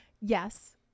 Yes